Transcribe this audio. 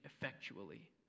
effectually